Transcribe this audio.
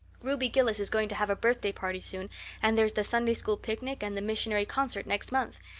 ruby gillis is going to have a birthday party soon and there's the sunday school picnic and the missionary concert next month.